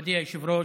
מכובדי היושב-ראש,